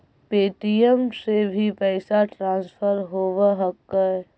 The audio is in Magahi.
पे.टी.एम से भी पैसा ट्रांसफर होवहकै?